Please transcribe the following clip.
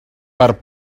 per